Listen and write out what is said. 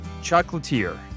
chocolatier